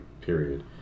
period